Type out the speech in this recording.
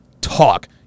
talk